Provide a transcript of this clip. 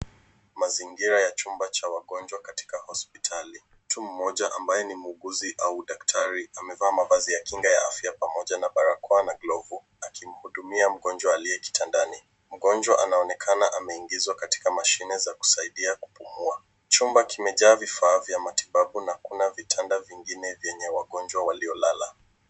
Mazingira ya chumba cha wagonjwa katika hospitali. Mtu mmoja ambaye ni muuguzi au daktari amevaa mavazi ya kinga ya afya pamoja na barakoa na glovu akimhudumia mgonjwa aliye kitandani. Mgonjwa anaonekana ameingizwa katika mashine za kusaidia kupumua. Chumba kimejaa vifaa vya matibabu na kuna vitanda vingine vyenye wagonjwa waliolala.